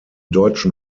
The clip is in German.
deutschen